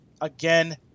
again